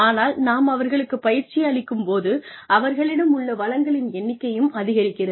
ஆனால் நாம் அவர்களுக்குப் பயிற்சியளிக்கும் போது அவர்களிடம் உள்ள வளங்களின் எண்ணிக்கையும் அதிகரிக்கிறது